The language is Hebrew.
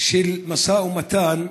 של משא ומתן,